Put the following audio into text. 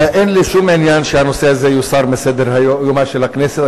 הרי אין לי שום עניין שהנושא הזה יוסר מסדר-יומה של הכנסת.